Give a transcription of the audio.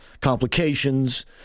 complications